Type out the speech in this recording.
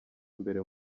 imbere